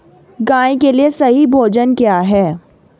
गाय के लिए सही भोजन क्या है?